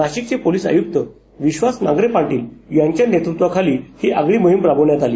नाशिकचे पोलीस आयुक्त विधास नांगरे पाटील यांच्या नेतृत्वाखाली ही आगळी मोहीम राबवण्यात आली